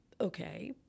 Okay